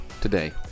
today